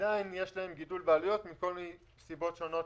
עדיין יש להם גידול בעלויות מכל מיני סיבות שונות